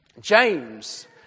James